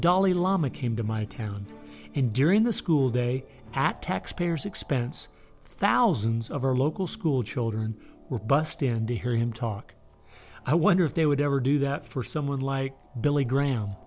dalai lama came to my town and during the school day at taxpayers expense thousands of our local schoolchildren were bussed in to hear him talk i wonder if they would ever do that for someone like billy graham